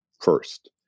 first